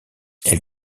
elle